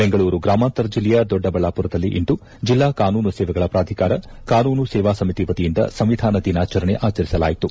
ಬೆಂಗಳೂರು ಗ್ರಾಮಾಂತರ ಜಿಲ್ಲೆಯ ದೊಡ್ಡಬಳ್ಳಾಪುರದಲ್ಲಿ ಇಂದು ಜಿಲ್ಲಾ ಕಾನೂನು ಸೇವೆಗಳ ಪ್ರಾಧಿಕಾರ ಕಾನೂನು ಸೇವಾ ಸಮಿತಿ ವತಿಯಿಂದ ಸಂವಿಧಾನ ದಿನಾಚರಣೆ ಆಚರಿಸಲಾಯಿತು